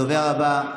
הדובר הבא,